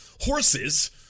horses